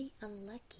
unlucky